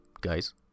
guys